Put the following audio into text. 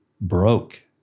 broke